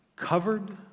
Covered